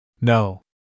No